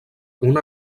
una